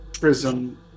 Prism